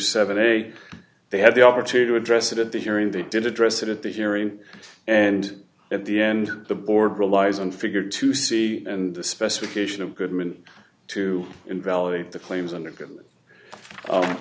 a they had the opportunity to address it at the hearing they did address it at the hearing and at the end the board relies on figure to see and the specification of goodman to invalidate the claims and